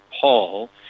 Paul